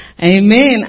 Amen